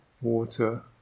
water